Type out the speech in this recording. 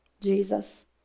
Jesus